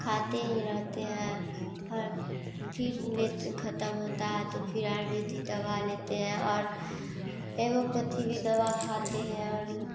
खाते ही रहते हैं और फिर लेते खतम होता है तो फिर आयुर्वेदिक दबा लेते हैं और हेमोपेथी भी दबा खाते हैं और